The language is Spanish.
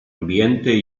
ambiente